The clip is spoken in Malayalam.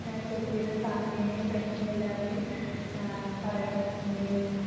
ആ ചേച്ചിയുടെ ഫാമിലിയിനെയും ഫ്രണ്ട്സിനെയും എല്ലാവരെയും പറയണം ഇങ്ങനെ ഒരു